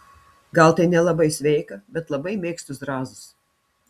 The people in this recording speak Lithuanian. gal tai nelabai sveika bet labai mėgstu zrazus